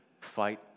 fight